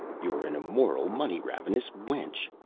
you're an immoral money-ravenous wench,